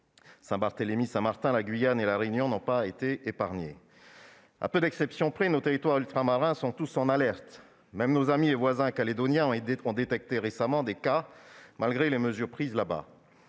Saint-Barthélemy, Saint-Martin, la Guyane et La Réunion n'ont pas été épargnées. À peu d'exceptions près, nos territoires ultramarins sont tous en alerte. Même nos amis et voisins calédoniens ont détecté récemment des cas de covid-19 parmi la